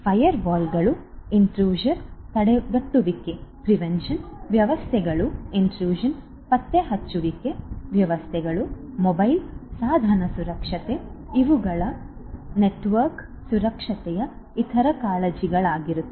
ಫೈರ್ವಾಲ್ಗಳು intrusion ತಡೆಗಟ್ಟುವಿಕೆ ವ್ಯವಸ್ಥೆಗಳು intrusion ಪತ್ತೆ ವ್ಯವಸ್ಥೆಗಳು ಮೊಬೈಲ್ ಸಾಧನ ಸುರಕ್ಷತೆ ಇವುಗಳು ನೆಟ್ವರ್ಕ್ ಸುರಕ್ಷತೆಯ ಇತರ ಕಾಳಜಿಗಳಾಗಿವೆ